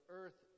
earth